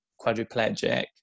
quadriplegic